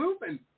moving